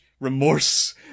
remorse